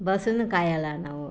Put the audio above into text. ಬಸ್ಸುನ್ನು ಕಾಯೋಲ್ಲ ನಾವು